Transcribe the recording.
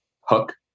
hook